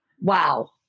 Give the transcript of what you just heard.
wow